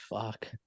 Fuck